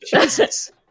Jesus